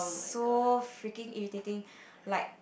so freaking irritating like